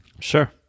Sure